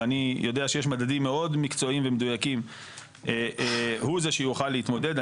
ואני יודע שיש מדדים מאוד מקצועיים ומדויקים - הוא זה שיוכל להתמודד.